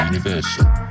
Universal